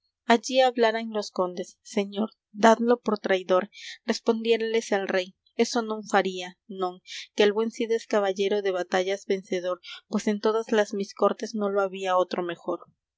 allí hablaran los condes señor dadlo por traidor respondiérales el rey eso non faría non que el buen cid es caballero de batallas vencedor pues en todas las mis cortes no lo había otro mejor